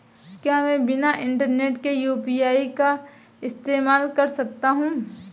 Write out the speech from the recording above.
क्या मैं बिना इंटरनेट के यू.पी.आई का इस्तेमाल कर सकता हूं?